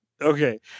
Okay